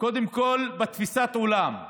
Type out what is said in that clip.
קודם כול בתפיסת העולם,